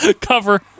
Cover